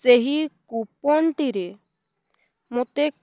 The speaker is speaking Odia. ସେହି କୁପନଟିରେ ମୋତେ